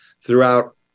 throughout